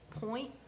point